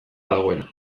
dagoena